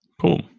cool